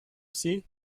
sie